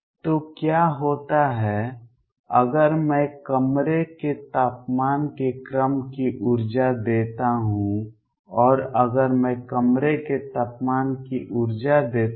तो क्या होता है अगर मैं कमरे के तापमान के क्रम की ऊर्जा देता हूं और अगर मैं कमरे के तापमान की ऊर्जा देता हूं